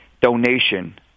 donation